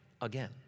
again